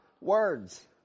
words